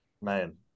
Man